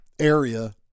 area